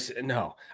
no